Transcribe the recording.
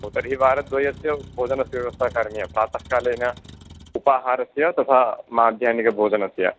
तर्हि वारद्वयस्य भोजनस्य व्यवस्था कारणीया प्रातःकालीन उपाहारस्य तथा माध्याह्निकभोजनस्य